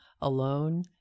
alone